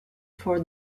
for